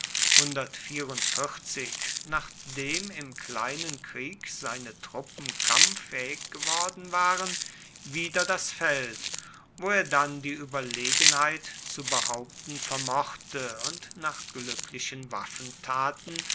nachdem im kleinen krieg seine truppen kampffähig geworden waren wieder das feld wo er dann die überlegenheit zu behaupten vermochte und nach glücklichen